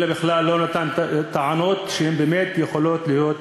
אלא כי הוא בכלל לא נתן טענות שבאמת יכולות להיות מוכחות,